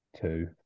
two